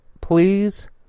please